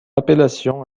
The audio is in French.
appellation